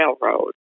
railroad